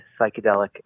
psychedelic